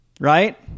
right